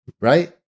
right